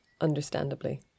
understandably